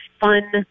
fun